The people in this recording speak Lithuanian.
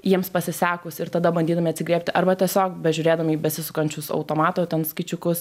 jiems pasisekus ir tada bandydami atsigriebti arba tiesiog bežiūrėdami į besisukančius automato ten skaičiukus